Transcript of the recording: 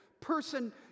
person